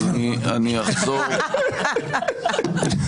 לרצות לעצור אותנו באזיקים?